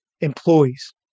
employees